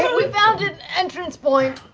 an entrance point.